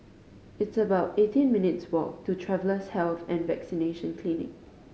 it's about eighteen minutes walk to Travellers Health and Vaccination Clinic